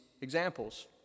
examples